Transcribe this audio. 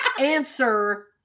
Answer